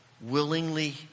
willingly